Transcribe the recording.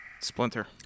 Splinter